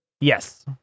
Yes